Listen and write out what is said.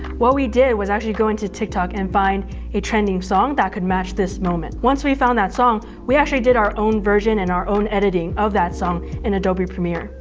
what we did was actually go into tiktok and find a trending song that could match this moment. once we found that song, we actually did our own version and our own editing of that song in adobe premiere.